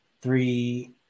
three